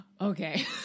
Okay